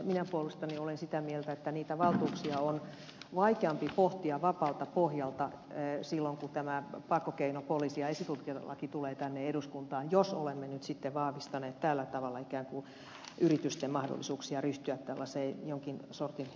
minä puolestani olen sitä mieltä että niitä valtuuksia on vaikeampaa pohtia vapaalta pohjalta silloin kun tämä pakkokeino poliisi ja esitutkintalaki tulee tänne eduskuntaan jos olemme nyt vahvistaneet tällä tavalla ikään kuin yritysten mahdollisuuksia ryhtyä tällaiseen jonkin sortin esitutkintaan